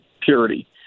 purity